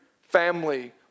family